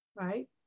right